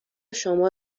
شما